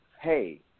hey